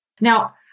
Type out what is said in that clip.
Now